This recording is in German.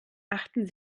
achten